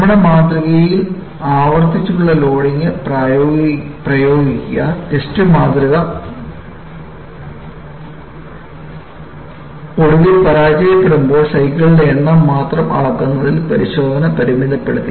നമ്മുടെ മാതൃകയിൽ ആവർത്തിച്ചുള്ള ലോഡിംഗ് പ്രയോഗിക്കുക ടെസ്റ്റ് മാതൃക ഒടുവിൽ പരാജയപ്പെടുമ്പോൾ സൈക്കിളുകളുടെ എണ്ണം മാത്രം അളക്കുന്നതിൽ പരിശോധന പരിമിതപ്പെടുത്തി